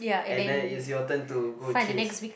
and then it's your turn to go chase